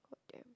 god damn